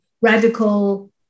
radical